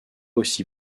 aussi